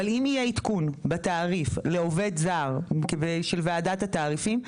אבל אם יהיה עדכון בתעריף לעובד זר של ועדת התעריפים,